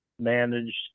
managed